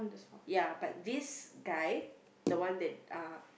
ya but this guy the one that uh